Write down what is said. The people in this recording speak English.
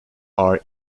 are